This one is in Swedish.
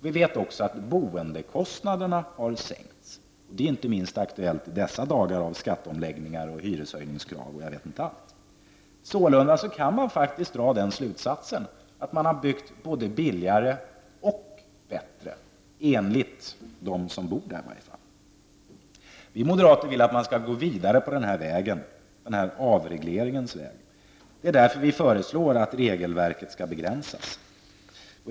Vi vet också att boendekostnaderna har sänkts. Det är inte minst aktuellt i dessa dagar av skatteomläggningar, hyreshöjningar och jag vet inte vad. Sålunda kan man faktiskt dra den slutsatsen att man har byggt både billigare och bättre, i varje fall enligt dem som bor i dessa områden. Vi moderater vill att man skall gå vidare på den här avregleringsvägen. Därför föreslår vi att regelverket skall begränsas.